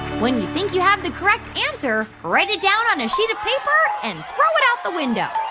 when you think you have the correct answer, write it down on a sheet of paper and throw it out the window.